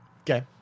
Okay